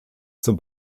zum